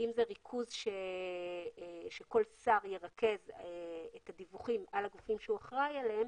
אם זה ריכוז שכל שר ירכז את הדיווחים על הגופים שהוא אחראי עליהם,